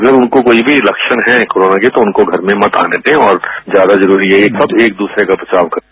अगर उनको कोई भी लक्षण हैं कोरोना के तो उनको घर में मत आने दें और ज्यादा जरूरी यहीं है कि सब एक दूसरे का बचाव करें